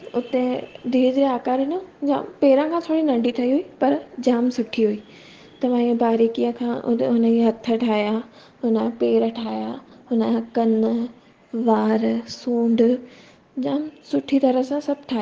हुते धीरे धीरे आकार ॾिनो जाम पहिरां खां थोरी नंढी ठही हुई पर जाम सुठी हुई त मां हीअं बारीक़ीअ खां हुते हुनजी हथ ठाहिया हुनजा पेर ठाहिया हुनजा कन वार सूंड जाम सुठी तरह सां सभु ठाहियो